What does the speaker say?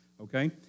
okay